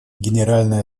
генеральной